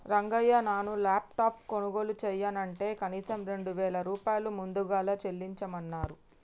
రంగయ్య నాను లాప్టాప్ కొనుగోలు చెయ్యనంటే కనీసం రెండు వేల రూపాయలు ముదుగలు చెల్లించమన్నరు